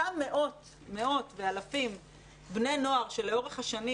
אותם מאות ואלפי בני נוער שלאורך השנים